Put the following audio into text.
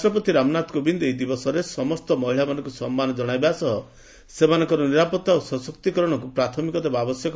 ରାଷ୍ଟ୍ରପତି ରାମନାଥ କୋବିନ୍ଦ କହିଛନ୍ତି ଏହି ଦିବସରେ ସମସ୍ତେ ମହିଳାମାନଙ୍କୁ ସମ୍ମାନ କ୍ଷଣାଇବା ସହ ସେମାନଙ୍କର ନିରାପତ୍ତା ଓ ସଶକ୍ତିକରଣକୁ ପ୍ରାଥମିକତା ଦେବା ଆବଶ୍ୟକ